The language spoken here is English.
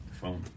Phone